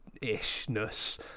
ishness